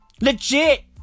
Legit